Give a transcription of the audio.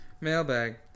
mailbag